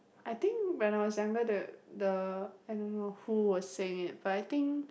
I think when I was younger that the I don't know who was saying it